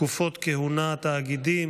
תקופות כהונה, תאגידים,